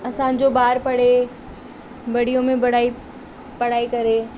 असांजो ॿार पढ़े बढ़ियो में बढ़ाई पढ़ाई करे